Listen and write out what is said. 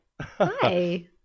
Hi